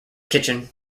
kitchen